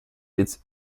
its